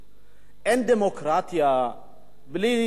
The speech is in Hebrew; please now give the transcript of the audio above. אין דמוקרטיה בלי תקשורת חופשית,